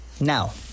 Now